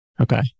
Okay